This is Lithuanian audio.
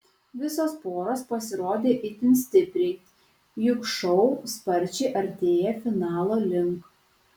visos poros pasirodė itin stipriai juk šou sparčiai artėja finalo link